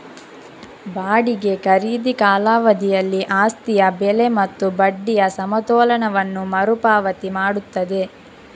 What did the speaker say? ಬಾಡಿಗೆ ಖರೀದಿ ಕಾಲಾವಧಿಯಲ್ಲಿ ಆಸ್ತಿಯ ಬೆಲೆ ಮತ್ತು ಬಡ್ಡಿಯ ಸಮತೋಲನವನ್ನು ಮರು ಪಾವತಿ ಮಾಡುತ್ತದೆ